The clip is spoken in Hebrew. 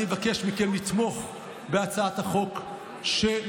אני מבקש מכם לתמוך בהצעת החוק שנותנת